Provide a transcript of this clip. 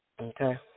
Okay